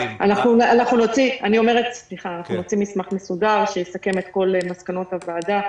אני אומרת שנוציא מסמך מסודר שיסכם את כל מסקנות הוועדה,